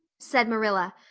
said marilla,